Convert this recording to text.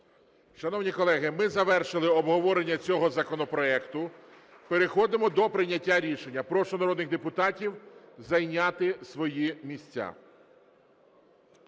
Шановні колеги, ми завершили обговорення цього законопроекту, переходимо до прийняття рішення. Прошу народних депутатів зайняти свої місця.